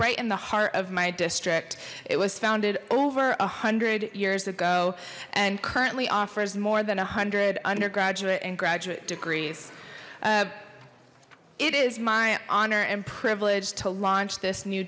right in the heart of my district it was founded over a hundred years ago and currently offers more than one hundred undergraduate and graduate degrees it is my honor and privilege to launch this new